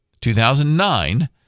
2009